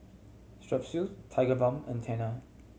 Strepsils Tigerbalm and Tena